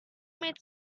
made